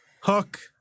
Hook